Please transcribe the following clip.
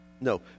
No